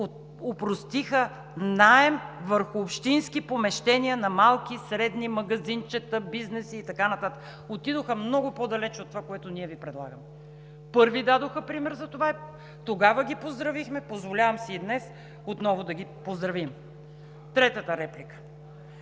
опростиха наем върху общински помещения на малки и средни магазинчета, бизнеси и така нататък. Отидоха много по-далеч от това, което ние Ви предлагаме. Първи дадоха пример за това. Тогава ги поздравихме, позволявам си и днес отново да ги поздравим. Третата реплика,